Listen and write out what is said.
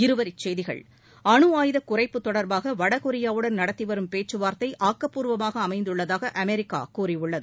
இருவரிச்செய்திகள் அணுஆயுதக் குறைப்பு தொடர்பாக வடகொரியாவுடன் நடத்தி வரும் பேச்சு வார்த்தை ஆக்கப்பூர்வமாக அமைந்ததுள்ளதாக அமெரிக்கா கூறியுள்ளது